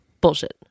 bullshit